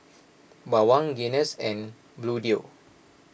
Bawang Guinness and Bluedio